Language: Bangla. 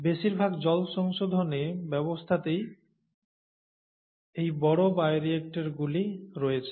বেশিরভাগ জল সংশোধন ব্যবস্থাতে এই বড় বায়োরিয়্যাক্টরগুলি রয়েছে